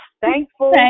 thankful